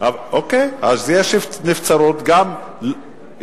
נבצרות, אוקיי, אז יש נבצרות, גם יכולת,